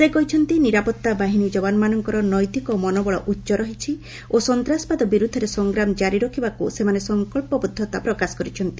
ସେ କହିଛନ୍ତି ନିରାପତ୍ତା ବାହିନୀ ଯବାନମାନଙ୍କର ନୈତିକ ମନୋବଳ ଉଚ୍ଚ ରହିଛି ଓ ସନ୍ତାସବାଦ ବିରୁଦ୍ଧରେ ସଂଗ୍ରାମ ଜାରି ରଖିବାକୁ ସେମାନେ ସଂକଳ୍ପବଦ୍ଧତା ପ୍ରକାଶ କରିଛନ୍ତି